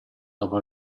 dopo